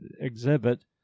exhibit